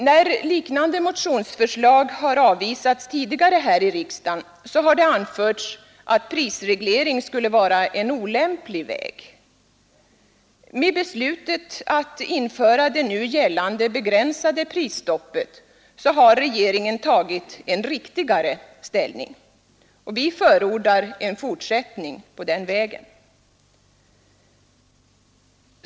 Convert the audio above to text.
När liknande motionsförslag tidigare har avvisats här i riksdagen, har det anförts att prisreglering skulle vara en olämplig väg. Med beslutet att införa det nu gällande begränsade prisstoppet har regeringen tagit en riktigare ställning. Vi förordar en fortsättning på den vägen.